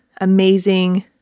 amazing